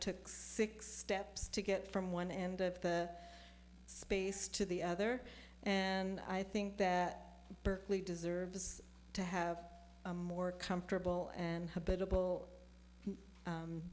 steps to get from one end of the space to the other and i think that berkeley deserves to have a more comfortable and